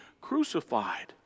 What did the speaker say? crucified